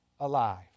alive